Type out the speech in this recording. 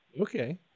Okay